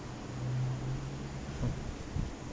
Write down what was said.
oh